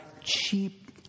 cheap